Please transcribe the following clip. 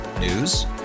News